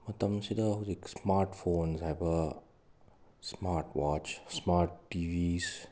ꯃꯇꯝꯁꯤꯗ ꯍꯧꯖꯤꯛ smart phones ꯍꯥꯏꯕ ꯁ꯭ꯃꯥꯔ꯭ꯠ ꯋꯥꯠ꯭ꯆ ꯁ꯭ꯃꯥꯔ꯭ꯠ ꯇꯤꯚꯤꯁ